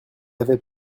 avait